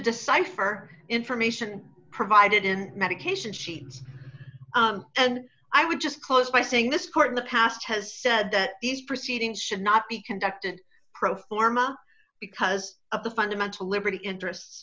decipher information provided in medication sheets and i would just close by saying this court in the past has said that these proceedings should not be conducted pro forma because of the fundamental liberty interests